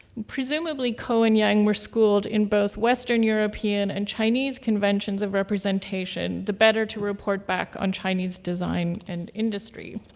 presumably ko and yang were schooled in both western european and chinese conventions of representation, the better to report back on chinese design and industry.